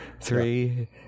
three